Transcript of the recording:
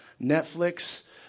Netflix